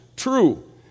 true